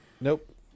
Nope